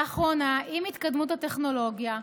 לאחרונה, עם התקדמות הטכנולוגיה,